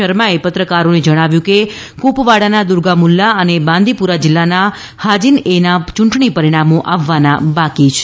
શર્માએ પત્રકારોને જણાવ્યું કે કુપવાડાના દુર્ગામુલ્લા અને બાંદીપુરા જિલ્લાના હાજીન એ ના યૂંટણી પરિણામો આવવાના બાકી છે